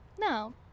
No